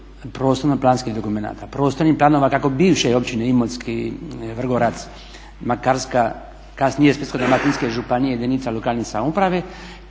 prostorno-planskih dokumenata, prostornih planova kako bivše općine Imotski, Vrgorac, Makarska, kasnije Splitsko-dalmatinske županije, jedinica lokalne samouprave,